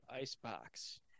icebox